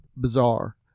bizarre